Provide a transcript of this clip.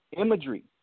Imagery